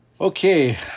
Okay